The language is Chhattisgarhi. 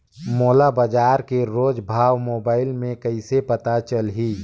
मोला बजार के रोज भाव मोबाइल मे कइसे पता चलही?